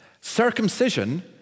Circumcision